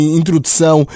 introdução